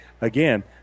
again